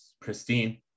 pristine